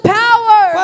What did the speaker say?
power